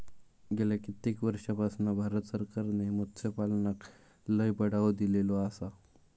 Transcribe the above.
गेल्या कित्येक वर्षापासना भारत सरकारने मत्स्यपालनाक लय बढावो दिलेलो आसा